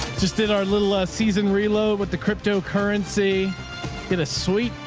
just did our little, a seasoned reload with the cryptocurrency in a sweet,